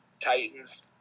Titans